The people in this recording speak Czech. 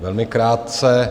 Velmi krátce.